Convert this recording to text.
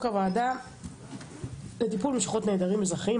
הוועדה לטיפול במשפחות נעדרים אזרחיים,